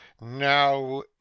now